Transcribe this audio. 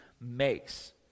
makes